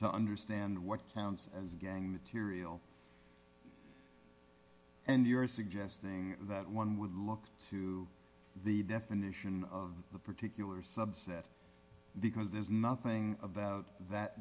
to understand what counts as gang material and you're suggesting that one would look to the definition of the particular subset because there's nothing about that